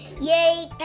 Yay